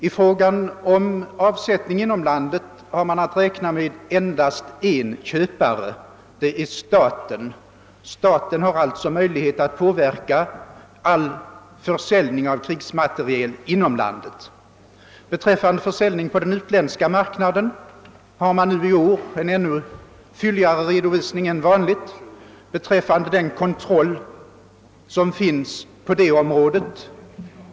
I fråga om avsättningen inom landet har man att räkna med endast en köpare, nämligen staten. Utan statlig medverkan kommer alltså ingen försäljning av krigsmateriel till stånd inom landet. Beträffande försäljningen på den utländska marknaden föreligger i år en ännu fylligare redovisning än vanligt av den kontroll som finns på detta område.